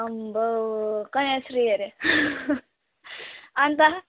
आम्बो कन्याश्री अरे अनि त